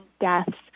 deaths